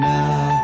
Now